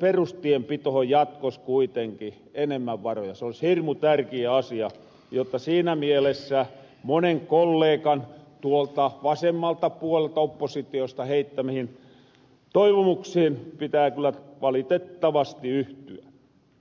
perustienpitohon jatkos kuitenki enemmän varoja olisi hirmu tärkiä asia jotta siinä mielessä monen kollekan tuolta vasemmalta puolelta oppositiosta heittämihin toivomuksiin pitää kyllä valitettavasti yhtyä